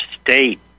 state